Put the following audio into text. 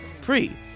free